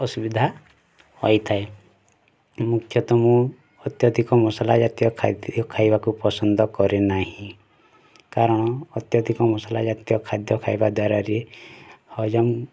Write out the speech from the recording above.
ଅସୁବିଧା ହୋଇଥାଏ ମୁଖ୍ୟତଃ ମୁଁ ଅତ୍ୟଧିକ ମସଲାଜାତୀୟ ଖାଦ୍ୟ ଖାଇବାକୁ ପସନ୍ଦ କରେ ନାହିଁ କାରଣ ଅତ୍ୟଧିକ ମସଲାଜାତୀୟ ଖାଦ୍ୟ ଖାଇବା ଦ୍ୱାରାରେ ହଜମ